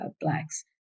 Blacks